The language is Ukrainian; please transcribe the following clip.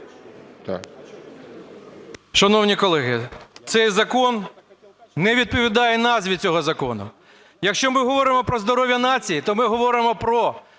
Шановні колеги, цей закон не відповідає назві цього закону. Якщо ми говоримо про здоров'я нації, то ми говоримо не